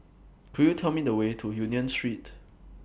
Could YOU Tell Me The Way to Union Street